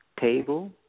table